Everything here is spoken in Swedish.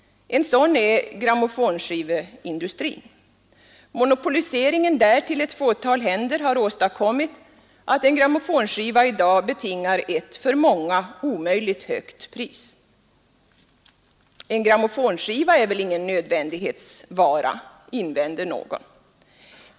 En sådan är grammofonskiveindustrin. Monopoliseringen där till ett fåtal händer har åstadkommit att en grammofonskiva i dag betingar ett för många alltför högt pris. En grammofonskiva är väl ingen nödvändighetsvara, invänder någon.